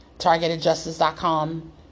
targetedjustice.com